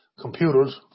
computers